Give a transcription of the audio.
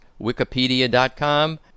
wikipedia.com